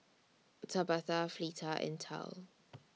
Tabatha Fleeta and Tal